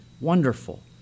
Wonderful